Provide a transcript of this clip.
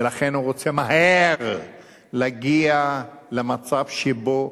ולכן הוא רוצה מהר להגיע למצב שבו